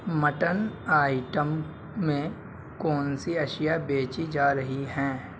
mutton item میں کون سی اشیا بیچی جا رہی ہیں